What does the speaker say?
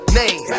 name